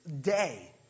day